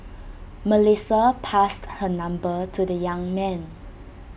Melissa passed her number to the young man